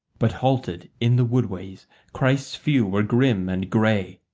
but halted in the woodways christ's few were grim and grey,